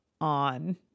on